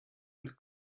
had